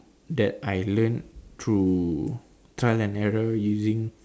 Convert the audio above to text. that I learn through trial and error using